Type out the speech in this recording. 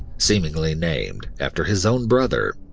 seemingly named after his own brother.